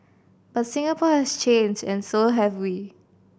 but Singapore has changed and so have we